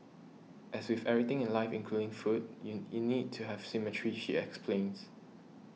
as with everything in life including food you you need to have symmetry she explains